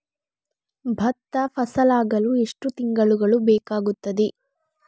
ಭತ್ತ ಫಸಲಾಗಳು ಎಷ್ಟು ತಿಂಗಳುಗಳು ಬೇಕಾಗುತ್ತದೆ?